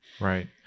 Right